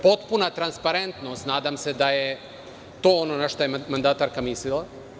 Potpuna transparentnost, nadam se da je to ono na šta je mandatarka mislila.